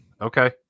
Okay